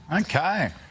okay